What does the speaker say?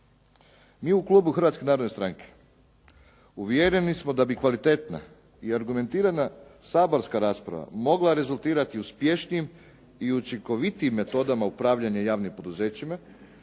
Mi u klubu Hrvatske narodne stranke uvjereni smo da bi kvalitetna i argumentirana saborska rasprava mogla rezultirati uspješnijim i učinkovitijim metodama upravljanja javnim poduzećima